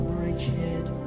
Bridgehead